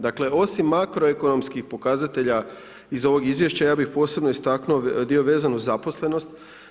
Dakle, osim makroekonomskih pokazatelja iz ovog izvješća ja bih posebno istaknuo dio vezano za zaposlenost.